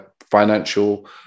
financial